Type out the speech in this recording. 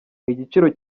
igiciro